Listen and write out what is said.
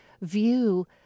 view